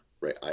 right